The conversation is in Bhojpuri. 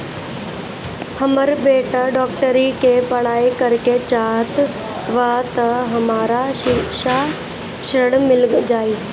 हमर बेटा डाक्टरी के पढ़ाई करेके चाहत बा त हमरा शिक्षा ऋण मिल जाई?